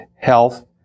health